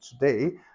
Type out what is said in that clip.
today